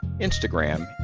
Instagram